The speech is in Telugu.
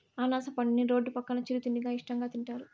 అనాస పండుని రోడ్డు పక్కన చిరు తిండిగా ఇష్టంగా తింటారు